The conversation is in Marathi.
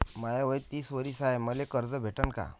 माय वय तीस वरीस हाय तर मले कर्ज भेटन का?